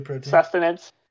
sustenance